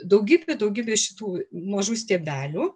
daugybė daugybė šitų mažų stiebelių